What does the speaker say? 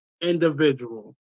individual